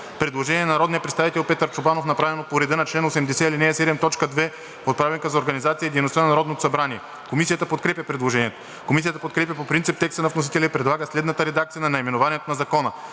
Предложение на народния представител Петър Чобанов, направено по реда на чл. 80, ал. 7, т. 2 от Правилника за организацията и дейността на Народното събрание. Комисията подкрепя предложението. Комисията подкрепя по принцип текста на вносителя и предлага следната редакция на наименованието на Закона: